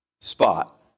spot